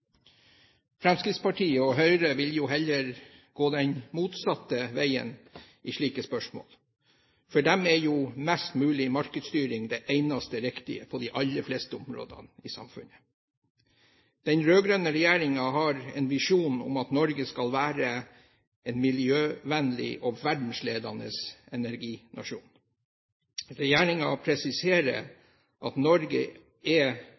Fremskrittspartiet og Høyre vil jo heller gå den motsatte veien i slike spørsmål. For dem er mest mulig markedsstyring det eneste riktige på de aller fleste områdene i samfunnet. Den rød-grønne regjeringen har en visjon om at Norge skal være en miljøvennlig og verdensledende energinasjon. Regjeringen presiserer at i Norge er